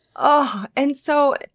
ah and so,